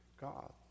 God